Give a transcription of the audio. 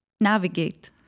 navigate